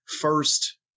first